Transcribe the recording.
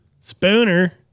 Spooner